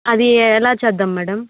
అది ఎలా చేద్దాం మేడమ్